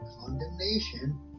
condemnation